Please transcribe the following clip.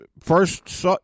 first